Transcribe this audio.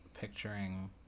picturing